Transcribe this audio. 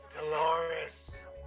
Dolores